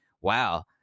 wow